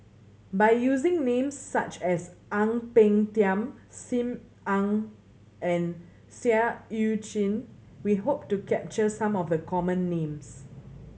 by using names such as Ang Peng Tiam Sim Ann and Seah Eu Chin we hope to capture some of the common names